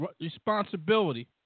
responsibility